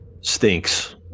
stinks